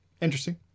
Interesting